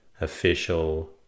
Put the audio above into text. official